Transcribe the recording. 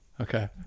Okay